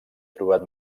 trobat